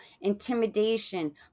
intimidation